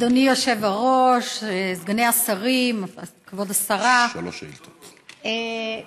אדוני היושב-ראש, סגני השרים, כבוד השרה, אחרון,